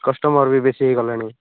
customer ବି ବେଶୀ ହେଇ ଗଲେଣି